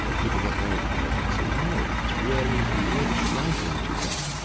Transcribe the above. people get very worried and i say, no it's really rich writing that you've got.